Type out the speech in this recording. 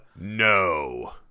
no